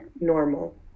normal